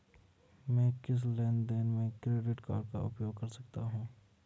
मैं किस लेनदेन में क्रेडिट कार्ड का उपयोग कर सकता हूं?